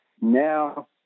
now